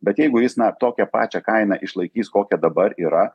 bet jeigu jis na tokią pačią kainą išlaikys kokia dabar yra